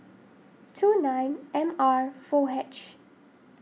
two nine M R four H